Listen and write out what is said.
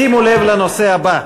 שימו לב לנושא הבא.